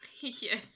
Yes